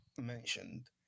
mentioned